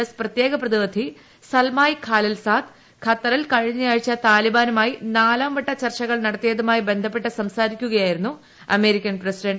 S പ്രത്യേക പ്രതിയിക്കു സൽമായ് ഖാലിൽസാദ് ഖത്തറിൽ കഴിഞ്ഞയാഴ്ച താലിബ്സ്റ്റൂമായി നാലാംവട്ട ചർച്ചകൾ നടത്തിയതുമായി ബന്ധപ്പെട്ട് സംസാരിക്കുക്യായിരുന്നു അമേരിക്കൻ പ്രസിഡന്റ്